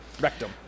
Rectum